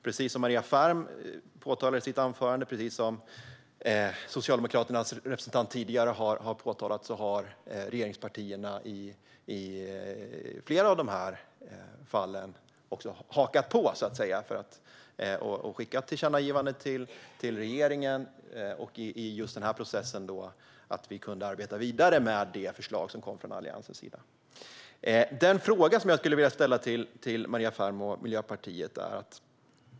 Precis som Maria Ferm påpekade i sitt anförande, och precis som Socialdemokraternas representant tidigare har påpekat, har regeringspartierna i flera av dessa fall också hakat på och skickat tillkännagivanden till regeringen. I just denna process har vi kunnat arbeta vidare med det förslag som kom från Alliansen. Jag har en fråga som jag skulle vilja ställa till Maria Ferm och Miljöpartiet.